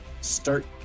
start